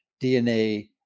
DNA